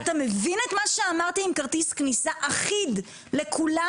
אתה מבין את מה שאמרתי עם כרטיס כניסה אחיד לכולם?